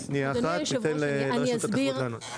אז שנייה אחת, ניתן לרשות התחרות לענות.